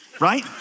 right